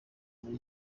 muri